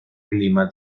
clima